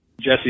Jesse